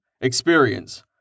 Experience